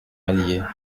allier